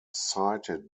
sited